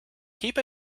keep